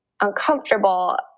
uncomfortable